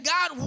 God